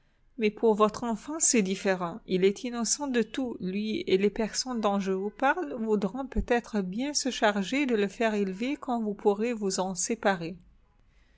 mais pour votre enfant c'est différent il est innocent de tout lui et les personnes dont je vous parle voudront peut-être bien se charger de le faire élever quand vous pourrez vous en séparer